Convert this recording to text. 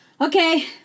Okay